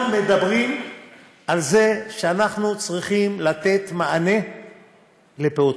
אנחנו מדברים על זה שאנחנו צריכים לתת מענה לפעוטות.